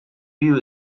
view